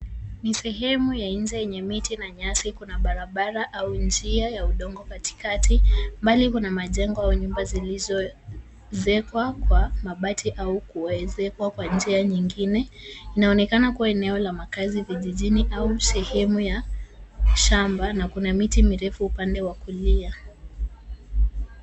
Ni sehemu ya nje yenye miti na nyasi. Kuna barabara au njia ya udongo katikati. Mbali kuna majengo ya nyumba zilizozekwa kwa mabati au kuezekwa kwa njia nyingine. Inaonekana kuwa eneo la makazi kijijini au sehemu ya shamba na kuna miti mirefu upande wa kulia.